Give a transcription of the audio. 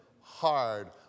hard